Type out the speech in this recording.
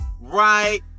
right